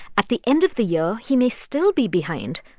at the end of the year, he may still be behind,